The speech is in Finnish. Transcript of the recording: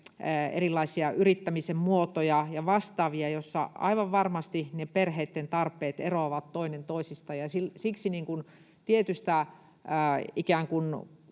erilaisia yrittämisen muotoja ja vastaavia, joissa aivan varmasti ne perheiden tarpeet eroavat toinen toisistaan, ja siksi tietystä